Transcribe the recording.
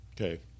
okay